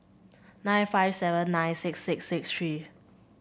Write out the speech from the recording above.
nine five seven nine six six six three